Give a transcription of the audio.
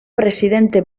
presidente